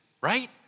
right